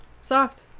Soft